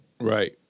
Right